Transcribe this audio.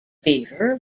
fever